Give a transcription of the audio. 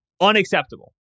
Unacceptable